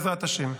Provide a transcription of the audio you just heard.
בעזרת השם.